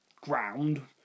ground